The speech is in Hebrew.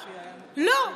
לא.